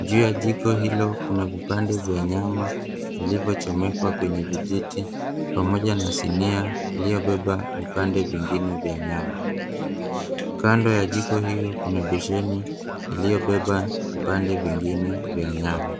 Juu ya jiko hilo kuna vipande vya nyama vilivyochomekwa kwenye vijiti pamoja na sinia iliyobeba vipande vingine vya nyama. Kando ya jiko hio kuna beseni iliyobeba vipande vingine vya nyama.